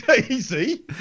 easy